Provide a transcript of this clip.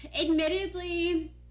admittedly